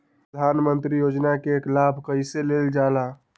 प्रधानमंत्री योजना कि लाभ कइसे लेलजाला?